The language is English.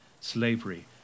Slavery